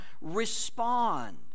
Respond